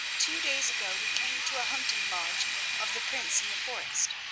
two days ago we came to a hunting-lodge of the prince in the forest,